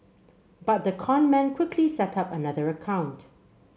but the con man quickly set up another account